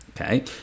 Okay